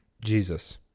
Jesus